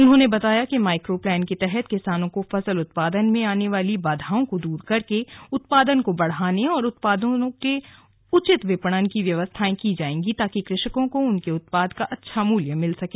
उन्होंने बताया कि माइक्रोप्लान के तहत किसानों को फसल उत्पादन में आने वाली बधाओं को दूर करके उत्पादन को बढ़ाने और उत्पादों के उचित विपणन की व्यवस्थाएं की जाएंगी ताकि कृषकों को उनके उत्पाद का अच्छा मूल्य मिल सके